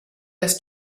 das